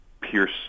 pierce